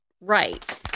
right